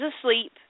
asleep